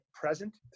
present